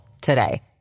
today